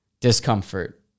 discomfort